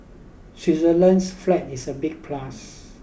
Switzerland's flag is a big plus